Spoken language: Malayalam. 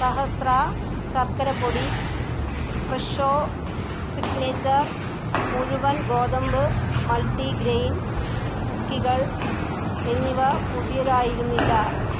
സഹസ്ര ശർക്കരപ്പൊടി ഫ്രെഷോ സിഗ്നേച്ചർ മുഴുവൻ ഗോതമ്പ് മൾട്ടിഗ്രെയിൻ കുക്കികൾ എന്നിവ പുതിയതായിരുന്നില്ല